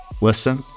Listen